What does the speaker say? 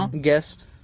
guest